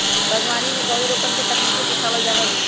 बागवानी में पौधरोपण के तकनीक सिखावल जा हई